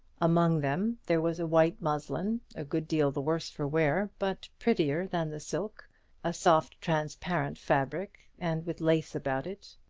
among them there was a white muslin, a good deal the worse for wear, but prettier than the silk a soft transparent fabric, and with lace about it.